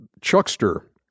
Chuckster